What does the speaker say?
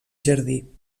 jardí